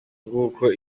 nguko